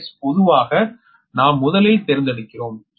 base பொதுவாக நாம் முதலில் தேர்ந்தெடுக்கிறோம்